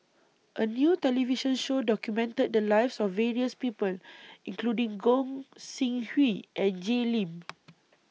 A New television Show documented The Lives of various People including Gog Sing Hooi and Jay Lim